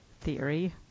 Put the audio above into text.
theory